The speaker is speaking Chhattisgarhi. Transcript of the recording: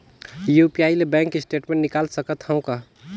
यू.पी.आई ले बैंक स्टेटमेंट निकाल सकत हवं का?